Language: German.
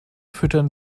füttern